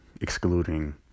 excluding